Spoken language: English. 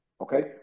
Okay